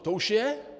To už je.